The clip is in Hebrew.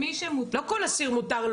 לא לכל אסיר מותר,